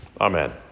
Amen